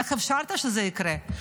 איך אפשרת שזה יקרה?